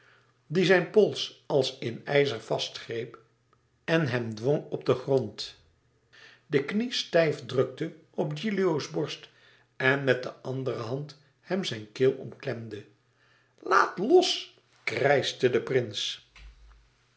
die zijn pols als in ijzer vastgreep en hem dwong e ids op den grond de knie stijf drukte op gilio's borst en met de andere hand hem zijn keel omklemde laat los krijschte de prins